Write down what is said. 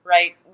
Right